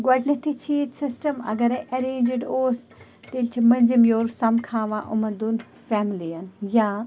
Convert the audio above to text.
گۄڈٕنٮ۪تھے چھِ ییٚتہِ سِسٹَم اگرے اَرینجڑ اوس تیٚلہِ چھُ مٔنزِم یور سَمکھاوان یِمَن دۄن فیملِیَن یا